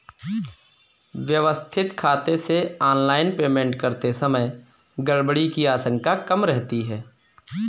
व्यवस्थित खाते से ऑनलाइन पेमेंट करते समय गड़बड़ी की आशंका कम रहती है